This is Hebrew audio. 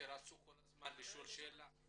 שרצו לשאול שאלה את